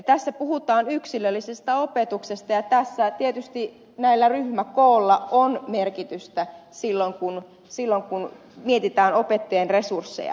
tässä puhutaan yksilöllisestä opetuksesta ja tässä tietysti ryhmäkoolla on merkitystä silloin kun mietitään opettajan resursseja